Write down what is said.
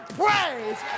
praise